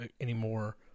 anymore